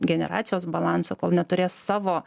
generacijos balanso kol neturės savo